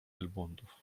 wielbłądów